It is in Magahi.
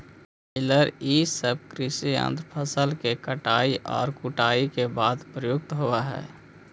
बेलर इ सब कृषि यन्त्र फसल के कटाई औउर कुटाई के बाद प्रयुक्त होवऽ हई